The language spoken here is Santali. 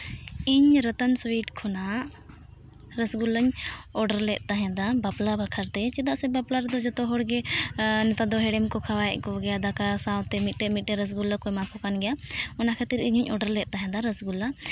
ᱤᱧ ᱨᱚᱛᱚᱱ ᱥᱩᱭᱤᱴ ᱠᱷᱚᱱᱟᱜ ᱨᱳᱥᱜᱩᱞᱞᱟᱧ ᱚᱰᱟᱨ ᱞᱮᱫ ᱛᱟᱦᱮᱸᱫ ᱫᱚ ᱵᱟᱯᱞᱟ ᱵᱟᱠᱷᱨᱟᱛᱮ ᱪᱮᱫᱟᱜ ᱥᱮ ᱵᱟᱯᱞᱟ ᱨᱮᱫᱚ ᱡᱚᱛᱚ ᱦᱚᱲ ᱜᱮ ᱱᱮᱛᱟᱨ ᱫᱚ ᱦᱮᱬᱮᱢ ᱠᱚ ᱠᱷᱣᱟᱮᱫ ᱠᱚᱣᱟ ᱫᱟᱠᱟ ᱥᱟᱶᱛᱮ ᱢᱤᱫᱴᱮᱱ ᱢᱤᱫᱴᱮᱱ ᱨᱳᱥᱜᱩᱞᱞᱟ ᱠᱚ ᱮᱢᱟ ᱠᱚ ᱠᱟᱱ ᱜᱮᱭᱟ ᱚᱱᱟ ᱠᱷᱟᱹᱛᱤᱨ ᱤᱧᱦᱚᱧ ᱚᱰᱟᱨ ᱞᱮᱫ ᱛᱟᱦᱮᱸᱫ ᱟᱫᱚ ᱨᱳᱥᱜᱚᱞᱞᱟ